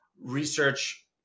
research